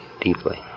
deeply